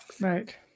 right